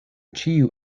ĉiu